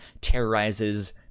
terrorizes